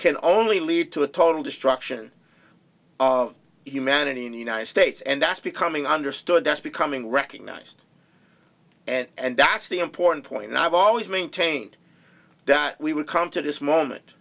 can only lead to a total destruction of humanity in the united states and that's becoming understood that's becoming recognized and that's the important point i've always maintained that we would come to this moment